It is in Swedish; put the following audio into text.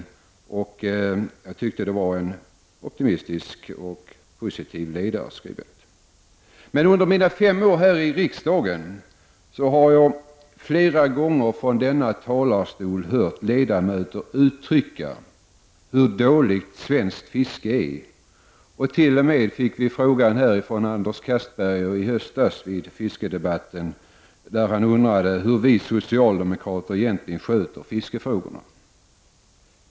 Jag tyckte alltså att ledarskribenten var optimistisk och positiv. Under mina fem år här i riksdagen har jag flera gånger från denna talarstol hört ledamöter uttala sig om hur dåligt svenskt fiske är. Anders Castberger frågade t.o.m. vid fiskedebatten i höstas hur vi socialdemokrater egentligen sköter fiskefrågorna.